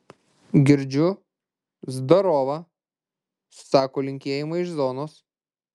girdžiu zdarova sako linkėjimai iš zonos